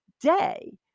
day